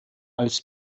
als